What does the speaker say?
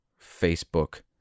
Facebook